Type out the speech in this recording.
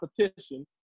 competition